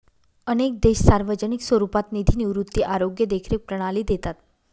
अनेक देश सार्वजनिक स्वरूपात निधी निवृत्ती, आरोग्य देखरेख प्रणाली देतात